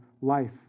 life